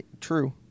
True